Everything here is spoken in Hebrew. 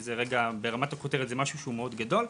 שזה ברמת הכותרת משהו שהוא מאוד גדול,